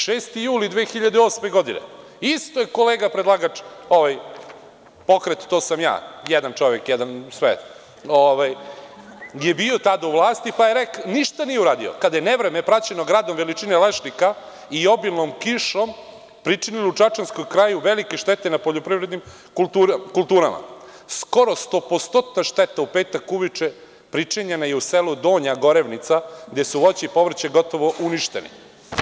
Šesti juli 2008. godine, isto je kolega predlagač, ovaj pokret to sam ja, jedan čovek, je bio tada u vlasti pa ništa nije uradio, kada je nevreme praćeno gradom veličine lešnika i obilnom kišom pričinilo u Čačanskom kraju velike štete na poljoprivrednim kulturama, skoro stopostotna šteta u petak uveče pričinjena je u selu Donja Gorevnica, gde su voće i povrće gotovo uništene.